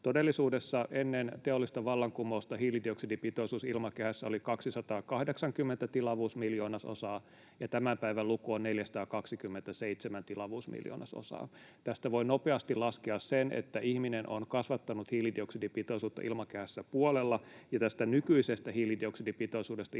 Todellisuudessa ennen teollista vallankumousta hiilidioksidipitoisuus ilmakehässä oli 280 tilavuusmiljoonasosaa, ja tämän päivän luku on 427 tilavuusmiljoonasosaa. Tästä voi nopeasti laskea sen, että ihminen on kasvattanut hiilidioksidipitoisuutta ilmakehässä puolella, ja tästä nykyisestä hiilidioksidipitoisuudesta